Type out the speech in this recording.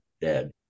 dead